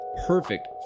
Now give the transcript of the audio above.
perfect